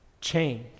change